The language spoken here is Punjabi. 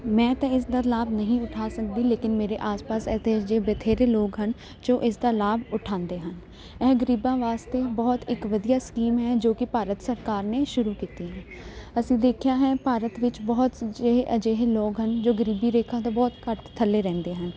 ਮੈਂ ਤਾਂ ਇਸ ਦਾ ਲਾਭ ਨਹੀਂ ਉਠਾ ਸਕਦੀ ਲੇਕਿਨ ਮੇਰੇ ਆਸ ਪਾਸ ਇੱਥੇ ਅਜਿਹੇ ਬਥੇਰੇ ਲੋਕ ਹਨ ਜੋ ਇਸ ਦਾ ਲਾਭ ਉਠਾਉਂਦੇ ਹਨ ਇਹ ਗਰੀਬਾਂ ਵਾਸਤੇ ਬਹੁਤ ਇੱਕ ਵਧੀਆ ਸਕੀਮ ਹੈ ਜੋ ਕਿ ਭਾਰਤ ਸਰਕਾਰ ਨੇ ਸ਼ੁਰੂ ਕੀਤੀ ਹੈ ਅਸੀਂ ਦੇਖਿਆ ਹੈ ਭਾਰਤ ਵਿੱਚ ਬਹੁਤ ਜ ਅਜਿਹੇ ਲੋਕ ਹਨ ਜੋ ਗਰੀਬੀ ਰੇਖਾ ਅਤੇ ਬਹੁਤ ਘੱਟ ਥੱਲੇ ਰਹਿੰਦੇ ਹਨ